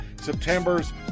September's